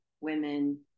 women